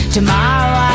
Tomorrow